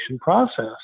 process